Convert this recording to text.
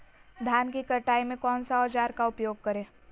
धान की कटाई में कौन सा औजार का उपयोग करे?